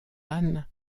anne